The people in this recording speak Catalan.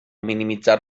minimitzar